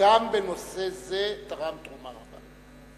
גם בנושא זה תרם תרומה רבה.